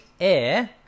air